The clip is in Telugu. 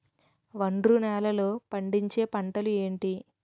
ఒండ్రు నేలలో పండించే పంటలు ఏంటి?